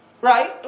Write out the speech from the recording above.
Right